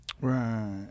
Right